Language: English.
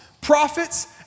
prophets